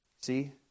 See